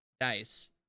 dice